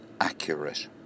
accurate